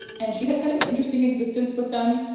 and she had kind of an interesting existence with them.